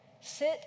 Sit